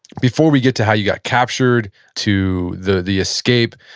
before we get to how you got captured to the the escape.